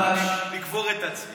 רציתי לקבור את עצמי.